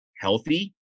healthy